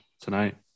Tonight